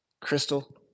crystal